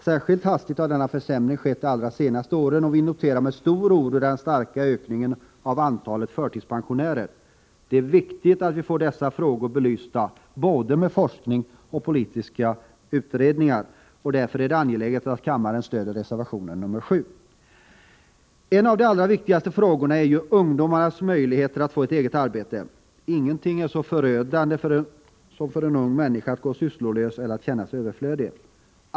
Särskilt hastig har denna försämring varit under de allra senaste åren, och vi noterar med stor oro den starka ökningen av antalet förtidspensionärer. Det är viktigt att vi får dessa frågor belysta, både genom forskning och i politiska utredningar. Därför är det angeläget att kammaren stödjer reservation nr 7. En av de allra viktigaste frågorna är ungdomarnas möjligheter att få ett eget arbete. Ingenting är så förödande för en ung människa som att gå sysslolös eller att känna sig överflödig.